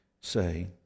say